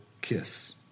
kiss